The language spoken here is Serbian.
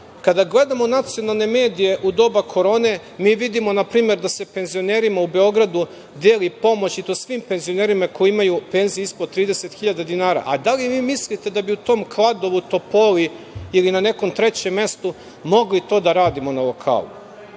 kada gledamo nacionalne medije u doba korone, mi vidimo, na primer, da se penzionerima u Beogradu deli pomoć, i to svim penzionerima koji imaju penzije ispod 30.000 dinara. A da li vi mislite da bi u tom Kladovu, Topoli ili na nekom trećem mestu mogli to da radimo na lokalu? To